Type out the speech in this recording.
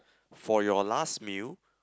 for your last meal